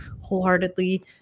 wholeheartedly